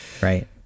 Right